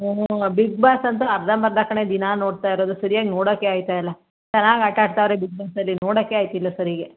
ಹ್ಞೂ Bigg Boss ಅಂತೂ ಅರ್ಧಂಬರ್ಧ ಕಣೇ ದಿನ ನೋಡ್ತಾ ಇರೋದು ಸರ್ಯಾಗಿ ನೋಡೋಕ್ಕೇ ಆಗ್ತಾ ಇಲ್ಲ ಚೆನ್ನಾಗಿ ಆಟ ಆಡ್ತಾವ್ರೆ ಬಿಗ್ ಬಾಸಲ್ಲಿ ನೋಡೋಕ್ಕೇ ಆಗ್ತಿಲ್ಲ ಸರಿಗೆ